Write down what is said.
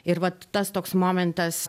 ir vat tas toks momentas